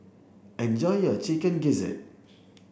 enjoy your chicken gizzard